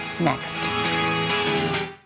next